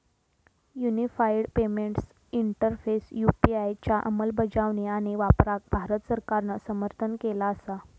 unified payments interface UPI च्या अंमलबजावणी आणि वापराक भारत सरकारान समर्थन केला असा